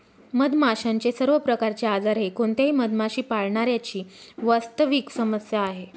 मधमाशांचे सर्व प्रकारचे आजार हे कोणत्याही मधमाशी पाळणाऱ्या ची वास्तविक समस्या आहे